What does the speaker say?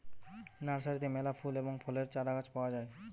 নার্সারিতে মেলা ফুল এবং ফলের চারাগাছ পাওয়া যায়